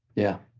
yeah.